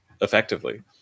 effectively